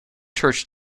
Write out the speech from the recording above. church